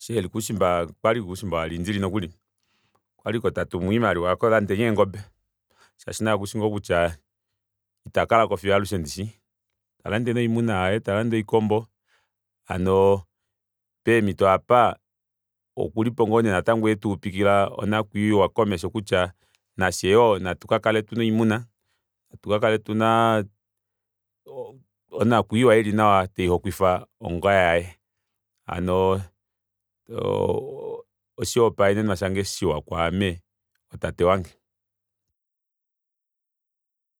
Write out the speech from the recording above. eshi eli koushimba okwali koushimba wa luderitiz nokuli okwaliko tatumu oimaliwa aako landeni eengobe shaashi naye okushi ngoo kutya itakalako fiyo alushe ndishi talande nee oimuna yaye talande oikombo hano peemito aapa okulipo ngoo nee natango etuupikila onakwiiwa komesho kutya nafye yoo natukakale tuna oimuna tukakale tuna onakwiiwa ili nawa taihokwifa onga yaye hano oo oshihopaenenwa shange shiwa kwaame otate wange